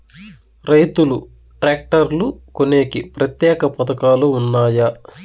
రైతులు ట్రాక్టర్లు కొనేకి ప్రత్యేక పథకాలు ఉన్నాయా?